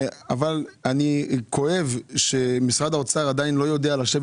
אני כואב על כך שמשרד האוצר עדיין לא יודע לשבת